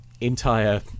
entire